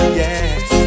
yes